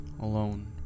alone